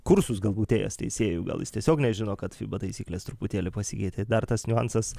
kursus galbūt ėjęs teisėjų gal jis tiesiog nežino kad fiba taisyklės truputėlį pasikeitė dar tas niuansas